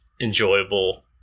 enjoyable